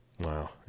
wow